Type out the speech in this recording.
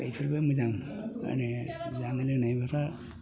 मोजां माने जानाय लोंनायफ्रा